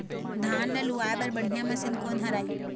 धान ला लुआय बर बढ़िया मशीन कोन हर आइ?